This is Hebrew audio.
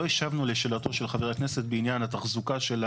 לא השבנו לשאלתו של חבר הכנסת בעניין התחזוקה.